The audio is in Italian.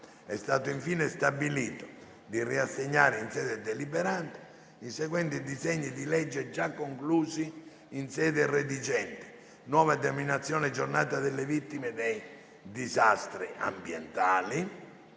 È stato infine stabilito di riassegnare in sede deliberante i seguenti disegni di legge, già conclusi in sede redigente: nuova denominazione Giornata vittime dei disastri ambientali,